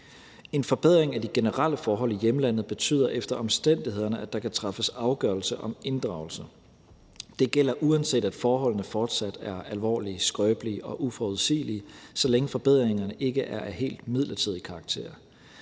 En forbedring af de generelle forhold i hjemlandet betyder efter omstændighederne, at der kan træffes afgørelse om inddragelse. Det gælder, uanset at forholdene fortsat er alvorlige, skrøbelige og uforudsigelige, så længe forbedringerne ikke er af helt midlertidig karakter.